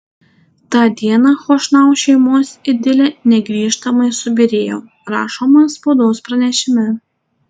tą dieną chošnau šeimos idilė negrįžtamai subyrėjo rašoma spaudos pranešime